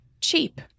cheap